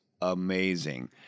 amazing